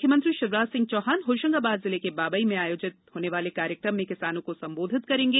मुख्यमंत्री शिवराज सिंह चौहान होशंगाबाद जिले के बाबई में आयोजित होने वाले कार्यक्रम में किसानों को संबोधित करेंगे